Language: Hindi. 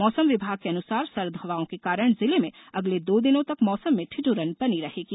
मौसम विभाग के अनुसार सर्द हवाओं के कारण जिले में अगले दो दिनों तक मौसम में ठिठुरन बनी रहेगी